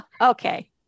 Okay